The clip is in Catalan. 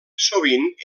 sovint